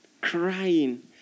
crying